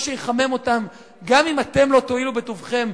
שיחמם אותן גם אם אתם לא תואילו בטובכם,